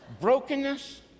Brokenness